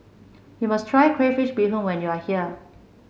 you must try Crayfish Beehoon when you are here